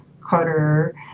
Carter